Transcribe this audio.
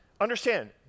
understand